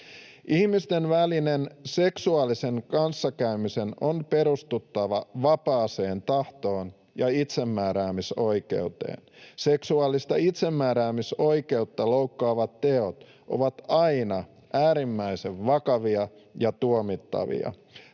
Ihmisten välisen seksuaalisen kanssakäymisen on perustuttava vapaaseen tahtoon ja itsemääräämisoikeuteen. Seksuaalista itsemääräämisoikeutta loukkaavat teot ovat aina äärimmäisen vakavia ja tuomittavia.